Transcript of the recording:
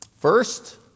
First